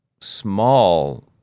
small